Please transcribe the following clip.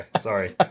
sorry